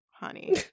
honey